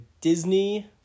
Disney